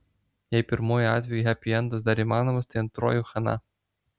jei pirmuoju atveju hepiendas dar įmanomas tai antruoju chana